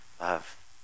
love